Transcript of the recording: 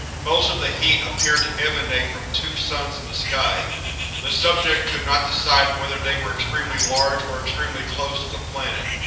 most of the heat appeared to emanate from two suns in the sky the subject could not decide whether they were extremely large or extremely close to the planet.